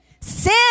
Sin